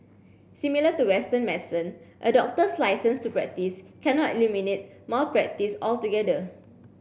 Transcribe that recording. similar to Western medicine a doctor's licence to practise cannot eliminate malpractice altogether